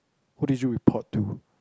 who did you report to